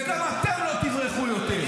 וגם אתם לא תברחו יותר.